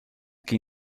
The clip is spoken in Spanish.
que